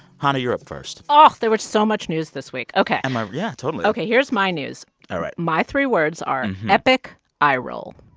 hanna, you're up first oh, there was so much news this week. ok yeah, totally ok, here's my news all right my three words are epic eye roll.